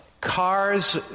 Cars